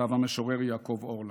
כתב המשורר יעקב אורלנד,